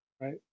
Right